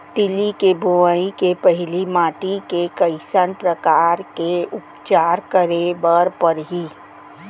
तिलि के बोआई के पहिली माटी के कइसन प्रकार के उपचार करे बर परही?